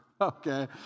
okay